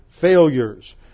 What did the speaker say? failures